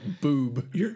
boob